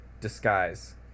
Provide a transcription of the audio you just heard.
disguise